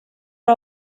are